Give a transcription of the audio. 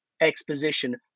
Exposition